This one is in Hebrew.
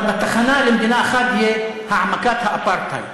אבל התחנה למדינה האחת תהיה העמקת האפרטהייד.